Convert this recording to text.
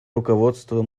руководство